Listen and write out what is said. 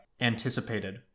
anticipated